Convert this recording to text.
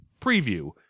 preview